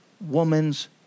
woman's